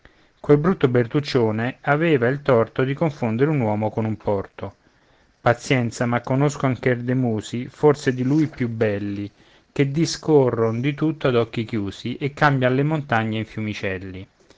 quel brutto bertuccione aveva il torto di confondere un uomo con un porto pazienza ma conosco ancor dei musi forse di lui più belli che discorron di tutto ad occhi chiusi e cambian le montagne in fiumicelli